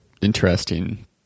interesting